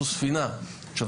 עכשיו,